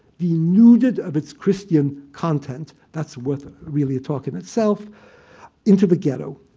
denuded of its christian content that's worth really a talk in itself into the ghetto.